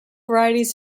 varieties